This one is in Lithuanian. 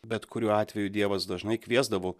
bet kuriuo atveju dievas dažnai kviesdavo